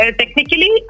technically